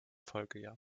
folgejahr